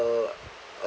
uh